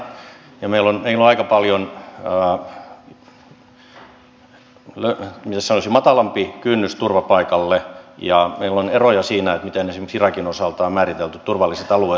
meillä on aika paljon matalampi kynnys turvapaikalle ja meillä on eroja siinä miten esimerkiksi irakin osalta on määritelty turvalliset alueet